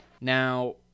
Now